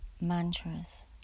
mantras